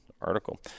article